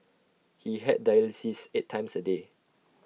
he had dialysis eight times A day